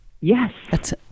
Yes